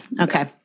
okay